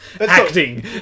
Acting